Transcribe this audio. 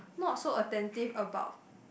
not so attentive about